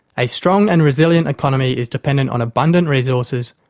a strong and resilient economy is dependent on abundant resources,